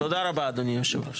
תודה רבה, אדוני היושב-ראש.